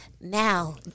Now